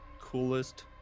coolest